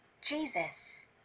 Jesus